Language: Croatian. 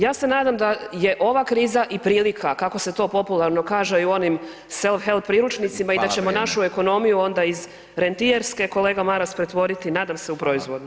Ja se nadam da je ova kriza i prilika kako se to popularno kaže i u onim self help priručnicima i da ćemo našu [[Upadica: Hvala, vrijeme.]] ekonomiju onda iz rentijerske kolega Maras pretvoriti nadam se u proizvodnu.